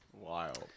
Wild